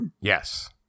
Yes